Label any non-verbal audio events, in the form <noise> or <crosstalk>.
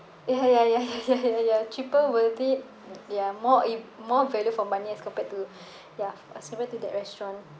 ya ya ya ya <laughs> ya ya ya cheaper worth it ya more ip~ more value for money as compared to ya uh similar to that restaurant